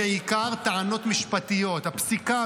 בעיקר טענות משפטיות: הפסיקה,